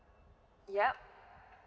yup